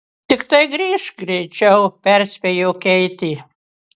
tiktai grįžk greičiau perspėjo keitė